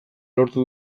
lortu